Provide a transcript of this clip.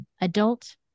adult